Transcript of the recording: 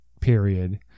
period